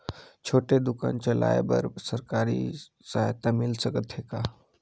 छोटे दुकान चलाय बर सरकारी सहायता मिल सकत हे का?